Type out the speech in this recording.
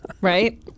right